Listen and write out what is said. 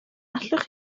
allwch